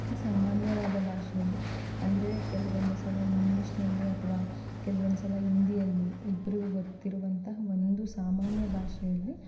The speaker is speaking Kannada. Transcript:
ಸಾಮಾನ್ಯವಾದ ಭಾಷೆಯಲ್ಲಿ ಅಂದರೆ ಕೆಲವೊಂದು ಸಲ ಇಂಗ್ಲೀಷಿನಲ್ಲಿ ಅಥವಾ ಕೆಲ್ವೊಂದು ಸಲ ಹಿಂದಿಯಲ್ಲಿ ಇಬ್ಬರಿಗು ಗೊತ್ತಿರುವಂತಹ ಒಂದು ಸಾಮಾನ್ಯ ಭಾಷೆಯಲ್ಲಿ